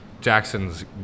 Jackson's